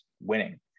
winning